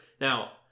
Now